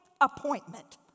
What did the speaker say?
appointment